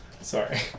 Sorry